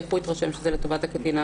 איך הוא יתרשם שזה לטובת הקטין?